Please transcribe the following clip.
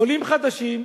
עולים חדשים,